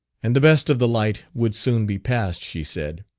and the best of the light would soon be past, she said.